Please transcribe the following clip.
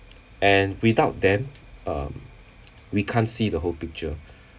and without them um we can't see the whole picture